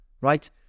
Right